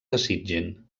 desitgin